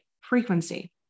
frequency